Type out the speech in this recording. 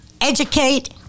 educate